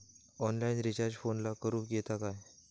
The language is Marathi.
ऑनलाइन रिचार्ज फोनला करूक येता काय?